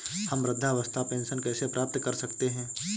हम वृद्धावस्था पेंशन कैसे प्राप्त कर सकते हैं?